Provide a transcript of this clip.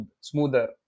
smoother